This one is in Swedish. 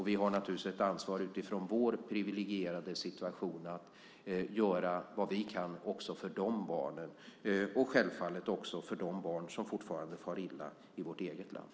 Vi har naturligtvis ett ansvar utifrån vår privilegierade situation att göra vad vi kan också för de barnen och självfallet för de barn som fortfarande far illa i vårt eget land.